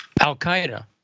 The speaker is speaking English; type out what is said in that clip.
Al-Qaeda